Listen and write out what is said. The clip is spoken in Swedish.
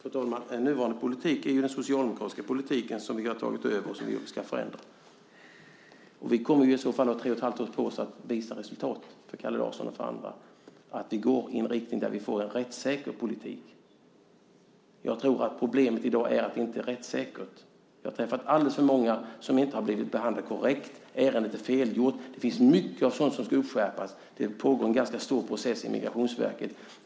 Fru talman! Den nuvarande politiken är den socialdemokratiska politiken som vi har tagit över och som vi ska förändra. Vi kommer i så fall att ha tre och ett halvt år på oss för att visa resultat för Kalle Larsson och andra; vi går i en riktning där vi får en rättssäker politik. Jag tror att problemet i dag är att det hela inte är rättssäkert. Jag har träffat alldeles för många som inte har blivit behandlade korrekt. Ärenden är felgjorda. Det finns mycket sådant som borde skärpas. Det pågår en ganska stor process i Migrationsverket.